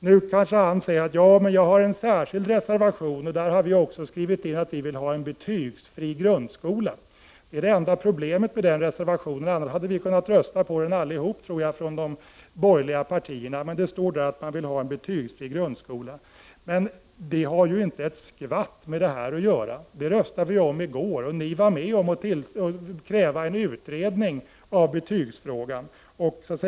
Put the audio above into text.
Nu kanske han säger att han har en särskild reservation där det står att miljöpartiet vill ha en betygsfri grundskola. Det är det enda problemet med den reservationen — annars hade vi allihop från de borgerliga partierna kunnat rösta på den, tror jag. Men det står alltså i reservationen att man vill ha en betygsfri grundskola. Det har inte ett skvatt med det här att göra. Det röstade vi om i går, och ni var med om att kräva en utredning av betygsfrågan.